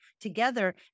together